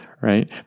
right